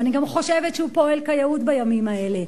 ואני גם חושבת שהוא פועל כיאות בימים האלה,